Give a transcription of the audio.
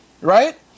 Right